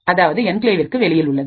அதாவது என்கிளேவிற்கு வெளியில் உள்ளது